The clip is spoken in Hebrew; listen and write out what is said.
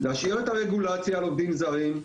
להשאיר את הרגולציה על עובדים זרים,